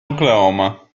oklahoma